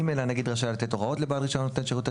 הנגיד רשאי לתת הוראות לבעל רישיון נותן שירותי